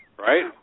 Right